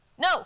No